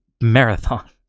marathon